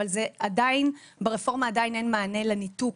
אבל ברפורמה אין עדיין מענה לניתוק